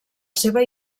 seva